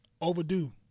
Overdue